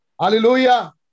Hallelujah